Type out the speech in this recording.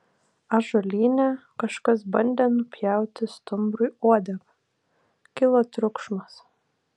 ąžuolyne kažkas bandė nupjauti stumbrui uodegą kilo triukšmas